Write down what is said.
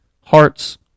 hearts